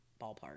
ballpark